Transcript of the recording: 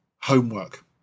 homework